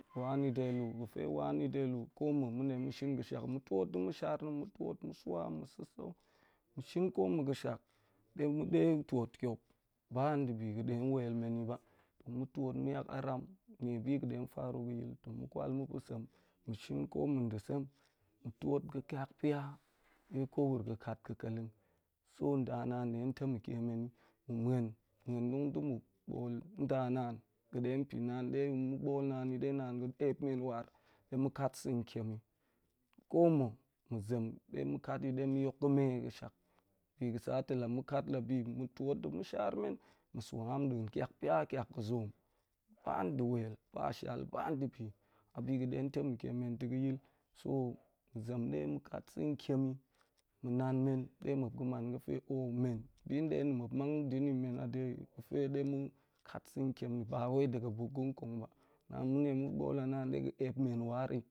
Wa ni de lu, ga̱fe wa ni ɗe lu, ko ma̱ ma̱n ɗe ma̱ shin yi ga̱shak tuot nɗe ma̱shar na̱ ma̱ tuot ma̱ sua ma̱ sa̱ sa̱ ma̱ shin ko ma̱ ga̱shak ɗe ma̱ ɗe yi tuot kiop, ba dibi ga̱ ɗe wel men yi ba, tong ma̱ tuot nyak aram nie bi ga̱ ɗe faru ga̱ yil tong ma̱ kwal ma̱ pa̱sem, ma̱ shin ko ma̱ nɗe sem, ma̱ tuot ga̱ kiak pya ko wuro ga̱ kat ga̱ keleng, so nɗa naan ɗe tong tameke men yi. Mu muar muan tong de ma̱ bo̱o̱l nda naan ga̱ da̱ pit naan bo̱o̱l naan yi ɗe naan ga̱ ep men war ɗe ma̱ kat sa̱ toem yi. Ko mo ma̱ zem ɗe ma̱ kat ta̱ ɗe ma̱ yok ga̱me yi ga̱shaƙ, bi ga̱ sa to lama̱ kaf la bima̱ tuot nɗe ma̱shar men, ma̱ sua haam da̱a̱n kiak pya kiak ga̱ zoom, ba ɗe wel, ba shal ba ndibi, a bi ga̱ ɗe tameke men ta̱ ga̱yil. So hen zem ɗe kaf sa̱n tiem yi, ma̱ nan men ɗe muap ga̱ man yi ga̱fe o men bi ɗe na̱ muap man ɗe na̱ men a ɗe ga̱fe ɗe ma̱ kaf sa̱n tiem yi ba wai ɗe ga̱n buk ga̱n kong ba. Naan ma̱ ɗe ma̱ bo̱o̱l a naan ɗe ga̱ ep men war yi